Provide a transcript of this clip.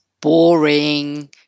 boring